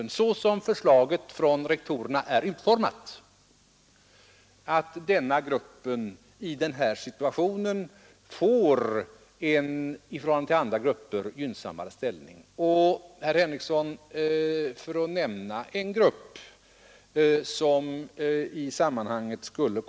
Som förslaget från rektorerna är utformat måste det innebära att denna grupp i den här situationen får en gynnsammare ställning än andra grupper.